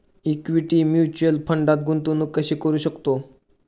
Equity mutual फंडात गुंतवणूक कशी करू शकतो?